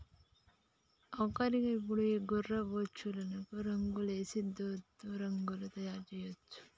ఆఖరిగా ఇప్పుడు ఈ గొర్రె బొచ్చులకు రంగులేసి దాంతో రగ్గులు తయారు చేయొచ్చు